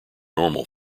normal